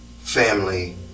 family